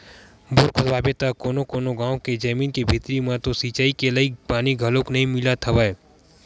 bore खोदवाबे त कोनो कोनो गाँव के जमीन के भीतरी म तो सिचई के लईक पानी घलोक नइ मिलत हवय